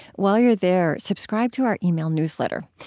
while you are there, subscribe to our email newsletter.